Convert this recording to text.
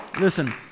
Listen